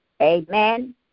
Amen